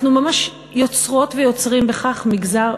אנחנו ממש יוצרות ויוצרים בכך מגזר,